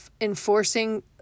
enforcing